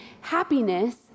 happiness